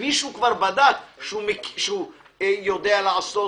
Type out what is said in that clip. שמישהו כבר בדק שהוא יודע לעשות